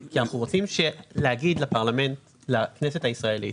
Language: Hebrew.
כי אנחנו רוצים להגיד לפרלמנט, לכנסת הישראלית,